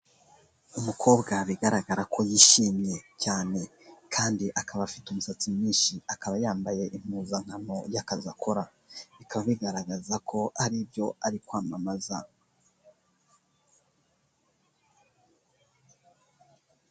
Umukobwa bigaragara ko yishimye cyane, kandi akaba afite umusatsi mwinshi, akaba yambaye impuzankano y'akazi akora, bikaba bigaragaza ko hari ibyo ari kwamamaza.